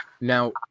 Now